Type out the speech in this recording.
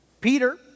Peter